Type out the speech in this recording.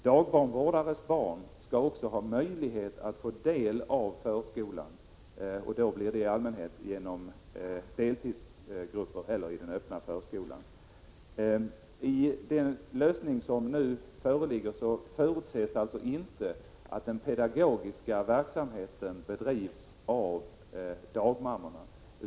Dagbarnvårdarnas barn skall också ha möjlighet att få del av förskolan, och det sker i allmänhet genom deltidsgrupper eller i den öppna förskolan. Vid den lösning som nu föreligger förutsätts alltså inte att den pedagogiska verksamheten bedrivs av dagmammorna.